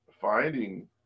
finding